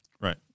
Right